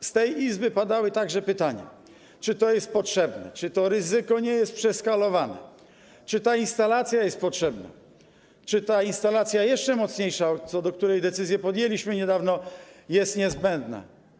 W tej Izbie padały także pytania, czy to jest potrzebne, czy to ryzyko nie jest przeskalowane, czy ta instalacja jest potrzebna, czy ta jeszcze mocniejsza instalacja, co do której decyzję podjęliśmy niedawno, jest niezbędna.